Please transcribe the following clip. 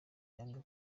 yanga